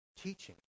teaching